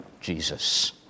Jesus